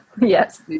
Yes